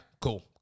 cool